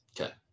Okay